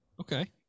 Okay